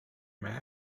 might